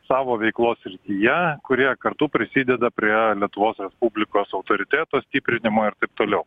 savo veiklos srityje kurie kartu prisideda prie lietuvos respublikos autoriteto stiprinimo ir taip toliau